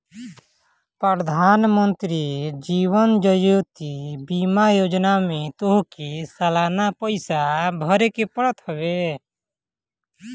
प्रधानमंत्री जीवन ज्योति बीमा योजना में तोहके सलाना पईसा भरेके पड़त हवे